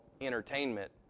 entertainment